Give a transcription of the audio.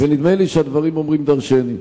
ונדמה לי שהדברים אומרים דורשני.